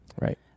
Right